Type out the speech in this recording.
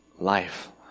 life